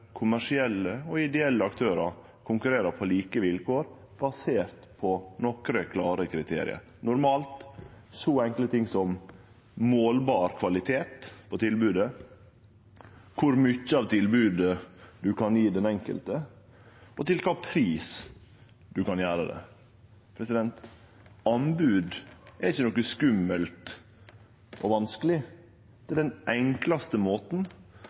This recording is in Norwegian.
kommersielle og ideelle aktørar konkurrerer på like vilkår basert på nokre klare kriterium. Normalt gjeld det så enkle ting som målbar kvalitet på tilbodet, kor mykje av tilbodet ein kan gje den enkelte, og til kva pris ein kan gjere det. Anbod er ikkje noko skummelt og vanskeleg. Det er den enklaste måten